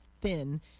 thin